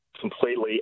completely